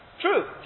True